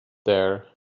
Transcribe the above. there